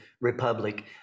Republic